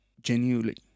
genuinely